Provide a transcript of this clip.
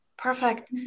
Perfect